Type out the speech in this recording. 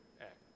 Act